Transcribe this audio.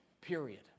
period